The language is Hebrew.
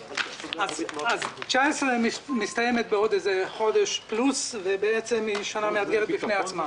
שנת 2019 מסתיימת בעוד כחודש ובעצם היא שנה מאתגרת בפני עצמה,